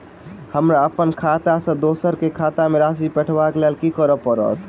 हमरा अप्पन खाता सँ दोसर केँ खाता मे राशि पठेवाक लेल की करऽ पड़त?